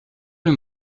rue